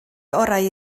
orau